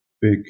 big